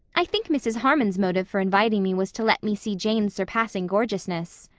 i think mrs. harmon's motive for inviting me was to let me see jane's surpassing gorgeousness.